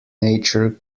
nature